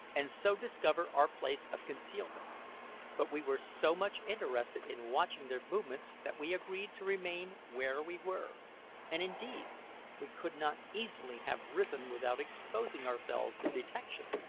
and so discover our place of concealment but we were so much interested in watching their movements that we agreed to remain where we were and indeed we could not easily have risen without exposing ourselves to detection.